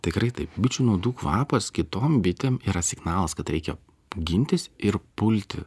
tikrai taip bičių nuodų kvapas kitom bitėm yra signalas kad reikia gintis ir pulti